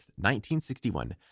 1961